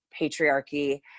patriarchy